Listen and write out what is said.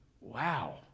Wow